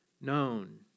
known